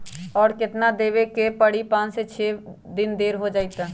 और केतना देब के परी पाँच से छे दिन देर हो जाई त?